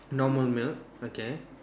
normal milk okay